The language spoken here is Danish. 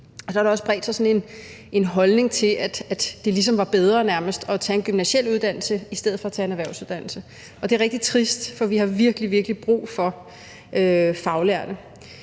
har der også bredt sig sådan en holdning om, at det nærmest var bedre at tage en gymnasial uddannelse end at tage en erhvervsuddannelse. Og det er rigtig trist, for vi har virkelig, virkelig brug for faglærte.